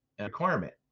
requirement